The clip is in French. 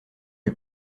eut